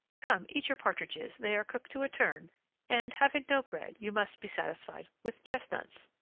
come, eat your partridges, they are cooked to a turn and, having no bread, you must be satisfied with chestnuts.